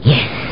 Yes